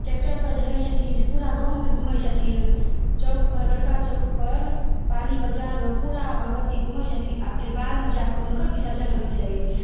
tractor पर जे रहैत छथिन से पूरा गाँवमे घुमैत छथिन चौक पर बड़का चौक पर पाली बजारमे पूरा भगवती घुमैत छथिन आ फेर बादमे जाकऽ हुनकर बिसर्जन होइत छै